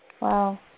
Wow